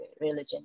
religion